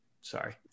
Sorry